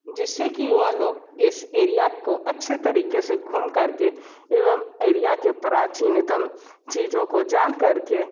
जिससे की वह लोग इस एरिया को अच्छे तरीके से घूमकर के एवं एरिया के प्राचीनतम चीज़ों को जान करके